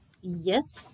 Yes